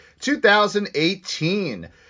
2018